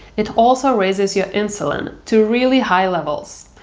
it also raises your insulin to really high levels.